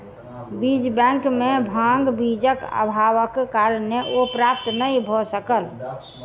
बीज बैंक में भांग बीजक अभावक कारणेँ ओ प्राप्त नै भअ सकल